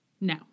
No